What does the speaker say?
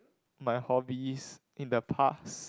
my hobbies in the past